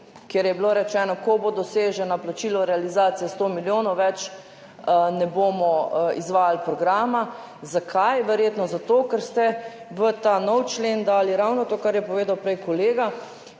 kjer je bilo rečeno, ko bo doseženo plačilo realizacije 100 milijonov, ne bomo več izvajali programa. Zakaj? Verjetno zato, ker ste v ta nov člen dali ravno to, kar je povedal prej kolega,